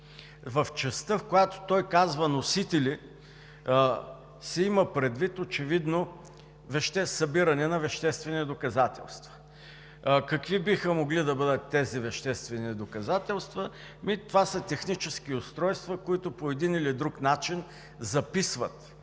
В частта, в която той казва „носители“, очевидно се има предвид събиране на веществени доказателства. Какви биха могли да бъдат тези веществени доказателства? Това са технически устройства, които по един или друг начин записват –